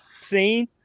scene